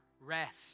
Rest